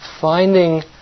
Finding